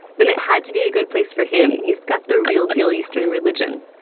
then it had to be a good place for him. he's got the real deal eastern religion.